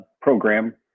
program